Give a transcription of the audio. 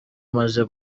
umaze